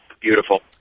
beautiful